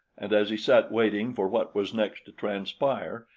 and as he sat waiting for what was next to transpire,